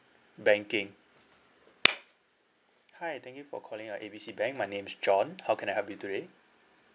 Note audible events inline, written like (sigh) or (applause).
banking (noise) hi thank you for calling uh A B C bank my name is john how can I help you today